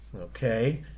Okay